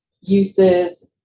uses